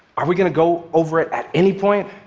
are we going to go over it at any point?